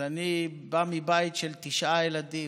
אז אני בא מבית של תשעה ילדים,